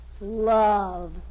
Love